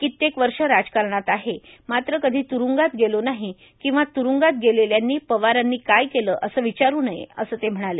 कित्येक वर्ष राजकारणात आहे मात्र कधी त्रूंगात गेलो नाही किंवा त्रूंगात गेलेल्यांनी पवारांनी काय केलं असं विचारू नये असं ते म्हणाले